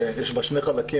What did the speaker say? יש בה שני חלקים,